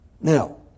Now